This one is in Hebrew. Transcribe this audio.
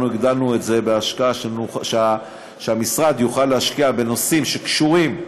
אנחנו הגדלנו את זה כדי שהמשרד יוכל להשקיע בנושאים שקשורים,